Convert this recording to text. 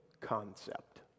concept